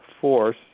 force